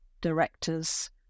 directors